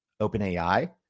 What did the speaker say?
OpenAI